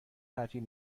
تعطیل